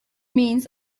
means